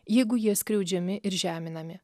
jeigu jie skriaudžiami ir žeminami